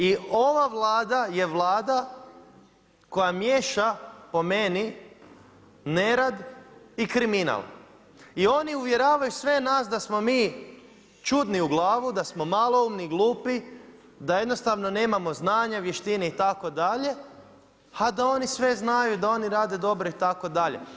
I ova Vlada je Vlada koja miješa po meni nerad i kriminal i oni uvjeravaju sve nas da smo mi čudni u glavu, da smo maloumni, glupi, da jednostavno nemamo znanja, vještine itd., a da oni sve znaju da oni rade dobro itd.